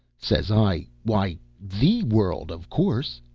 says i, why, the world, of course.